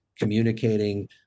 communicating